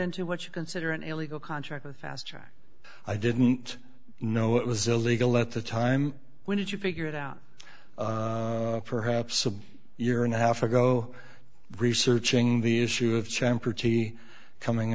into what you consider an illegal contract of fast track i didn't know it was illegal at the time when did you figure it out perhaps a year and a half ago researching the issue of c